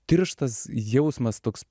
tirštas jausmas toks